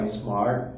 smart